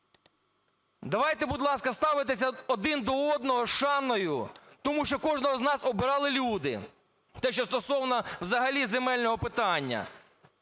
Давайте, будь ласка, ставитися один до одного з шаною, тому що кожного з нас обирали люди, те, що стосовно взагалі земельного питання.